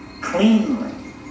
cleanly